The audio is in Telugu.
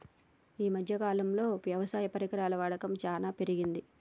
ఈ మధ్య కాలం లో వ్యవసాయ పరికరాల వాడకం చానా పెరిగింది